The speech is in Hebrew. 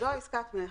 זו עסקת מכר.